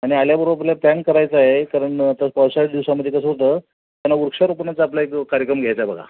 आणि आल्याबरोबर आपल्याला पॅन करायचा आहे कारण तसं पावसाळ्याच्या दिवसामध्ये कसं होतं त्यांना वृक्षारोपणाच आपला एक कार्यक्रम घ्यायचा आहे बघा